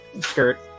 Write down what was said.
skirt